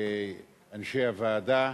לאנשי הוועדה.